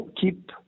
keep